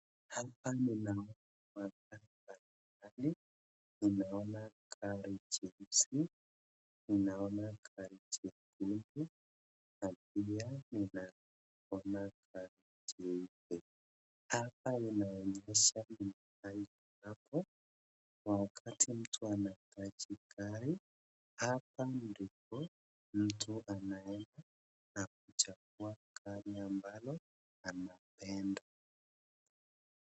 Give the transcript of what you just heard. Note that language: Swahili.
Hapa ninaona na pia ninaona hapa inaonyesha hapo kwa wakati hapa ndipo mtu anaenda na kuchagua ambalo amependa.